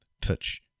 touch